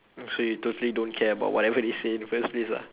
so you totally don't care about whatever they say in the first place lah